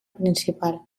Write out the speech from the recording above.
principal